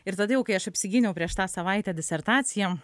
ir tada jau kai aš apsigyniau prieš tą savaitę disertaciją